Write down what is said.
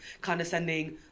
condescending